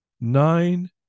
nine